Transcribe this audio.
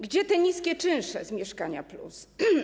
Gdzie te niskie czynsze z Mieszkania+?